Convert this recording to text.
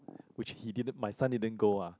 which he didn't which my son didn't go ah